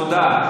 תודה.